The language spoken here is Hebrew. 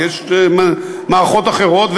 ויש מערכות אחרות,